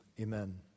Amen